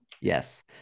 Yes